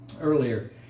earlier